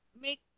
Make